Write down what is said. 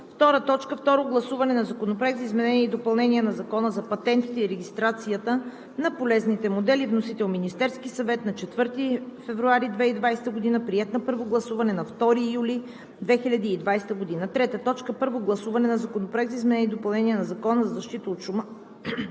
Второ гласуване на Законопроекта за изменение и допълнение на Закона за патентите и регистрацията на полезните модели. Вносител – Министерският съвет на 4 февруари 2020 г. Приет на първо гласуване на 2 юли 2020 г. 3. Първо гласуване на Законопроекта за изменение и допълнение на Закона за защита от шума